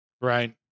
Right